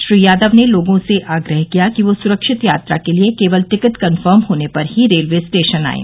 श्री यादव ने लोगों से आग्रह किया कि वे स्रक्षित यात्रा के लिए केवल टिकट कन्फर्म होने पर ही रेलवे स्टेशन आएं